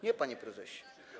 Nie, panie prezesie.